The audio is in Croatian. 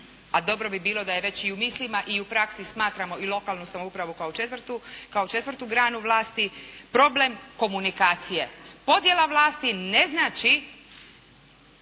a dobro bi bilo da je već i u mislima i u praksi smatramo i lokalnu samoupravu kao četvrtu granu vlasti problem komunikacije. Podjela vlasti ne znači